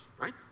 right